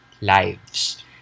lives